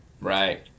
Right